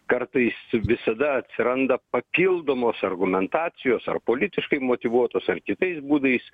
kartais visada atsiranda papildomos argumentacijos ar politiškai motyvuotos ar kitais būdais